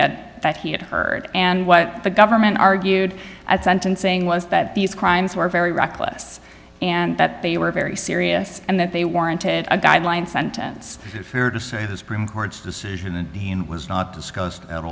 had that he had heard and what the government argued at sentencing was that these crimes were very reckless and that they were very serious and that they warranted a guideline sentence fair to say the supreme court's decision that was not discussed at